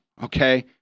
Okay